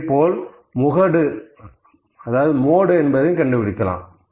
இதேபோல் முகடு கண்டுபிடிப்போம்